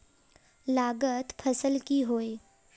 लागत फसल की होय?